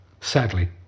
Sadly